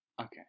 Okay